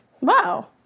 Wow